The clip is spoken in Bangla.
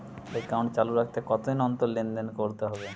একাউন্ট চালু রাখতে কতদিন অন্তর লেনদেন করতে হবে?